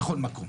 בכל מקום,